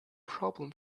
problem